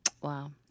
Wow